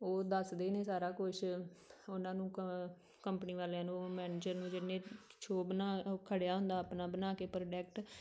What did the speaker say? ਉਹ ਦੱਸਦੇ ਨੇ ਸਾਰਾ ਕੁਛ ਉਹਨਾਂ ਨੂੰ ਕ ਕੰਪਨੀ ਵਾਲਿਆਂ ਨੂੰ ਮੈਨੇਜਰ ਨੂੰ ਜਿਹਨੇ ਸ਼ੋ ਬਣਾ ਉਹ ਖੜ੍ਹਿਆ ਹੁੰਦਾ ਆਪਣਾ ਬਣਾ ਕੇ ਪ੍ਰੋਡਕਟ